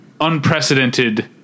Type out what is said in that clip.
unprecedented